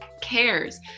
cares